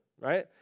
right